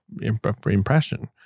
impression